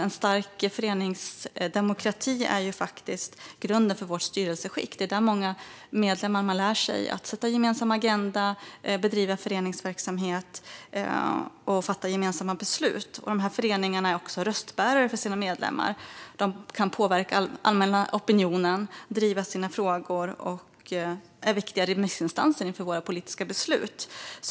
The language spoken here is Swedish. En stark föreningsdemokrati är grunden för vårt styrelseskick. Det är där många medlemmar lär sig att sätta en gemensam agenda, bedriva föreningsverksamhet och fatta gemensamma beslut. De här föreningarna är också röstbärare för sina medlemmar. De kan påverka den allmänna opinionen, driva sina frågor och är viktiga remissinstanser inför våra politiska beslut.